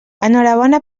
enhorabona